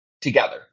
together